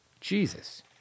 Jesus